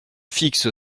fixe